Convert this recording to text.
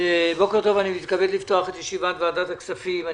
בוקר טוב, אני מתכבד לפתוח את ישיבת ועדת הכספים.